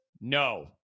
No